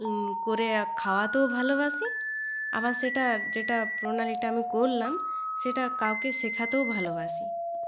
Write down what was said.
করে খাওয়াতেও ভালোবাসি আবার সেটা যেটা প্রণালীটা আমি করলাম সেটা কাউকে শেখাতেও ভালোবাসি